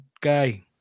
guy